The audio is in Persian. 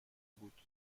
بود